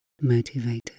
motivated